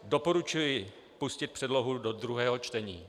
Doporučuji pustit předlohu do druhého čtení.